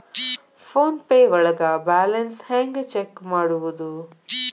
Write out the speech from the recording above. Phone pay ಒಳಗ balance ಹೆಂಗ್ check ಮಾಡುವುದು?